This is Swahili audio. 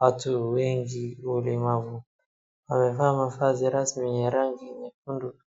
watu wenye ulemavu. Wamevaa mavazi rasmi ya rangi nyekundu.